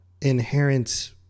inherent